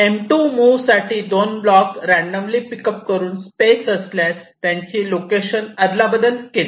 M2 move साठी दोन block randomly pick up करून स्पेस असल्यास त्यांची लोकेशन आदलाबदल केली